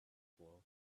float